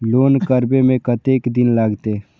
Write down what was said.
Loan करबे में कतेक दिन लागते?